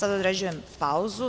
Određujem pauzu.